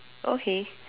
okay